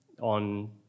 on